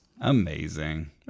Amazing